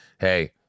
hey